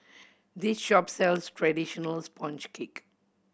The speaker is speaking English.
this shop sells traditional sponge cake